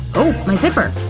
ooh! my zipper!